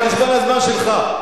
זה על חשבון הזמן שלך.